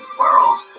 world